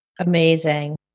Amazing